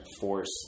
force